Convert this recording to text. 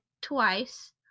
twice